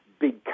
big